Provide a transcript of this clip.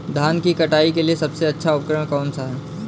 धान की कटाई के लिए सबसे अच्छा उपकरण कौन सा है?